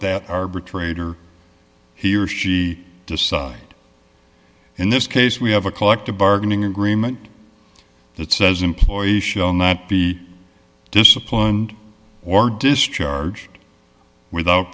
that arbitrator he or she decide in this case we have a collective bargaining agreement that says employees shall not be disciplined or discharged without